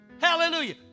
Hallelujah